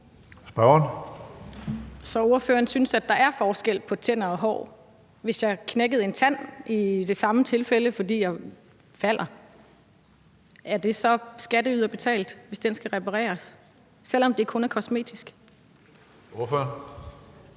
Så ordføreren synes, at der er forskel på tænder og hår. Hvis jeg knækker en tand i det samme tilfælde, fordi jeg falder, er det så skatteyderbetalt, hvis den skal repareres, selv om det kun er kosmetisk? Kl.